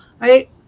right